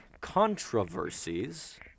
controversies